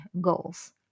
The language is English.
goals